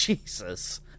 jesus